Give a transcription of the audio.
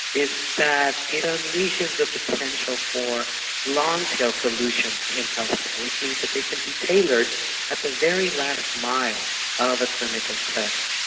that it unleashes the potential for long-tail solutions in healthcare, which means that they can be tailored at the very last mile of a clinical setting,